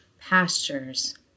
pastures